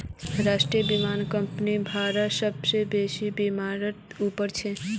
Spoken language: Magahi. राष्ट्रीय बीमा कंपनी भारतत सबसे बेसि बीमाकर्तात उपर छ